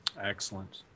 excellent